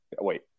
Wait